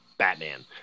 batman